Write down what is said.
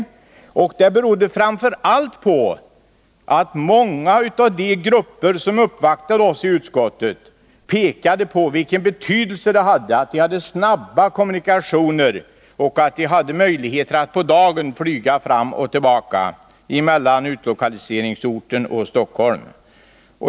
Det berodde också och framför allt på att många av de grupper som uppvaktade oss i utskottet pekade på vilken betydelse det hade att det fanns snabba kommunikationer och möjligheter att på dagen flyga fram och tillbaka mellan utlokaliseringsorten och Stockholm.